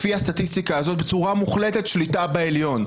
לפי הסטטיסטיקה הזאת בצורה מוחלטת שליטה בעליון.